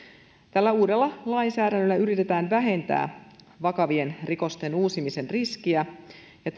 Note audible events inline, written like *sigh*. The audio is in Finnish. tällä uudella lainsäädännöllä yritetään vähentää vakavien rikosten uusimisen riskiä ja *unintelligible*